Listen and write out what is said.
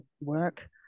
work